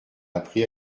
appris